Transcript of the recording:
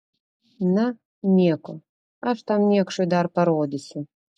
na nieko aš tam niekšui dar parodysiu